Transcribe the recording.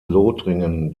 lothringen